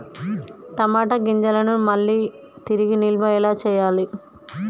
టమాట గింజలను మళ్ళీ తిరిగి నిల్వ ఎలా చేయాలి?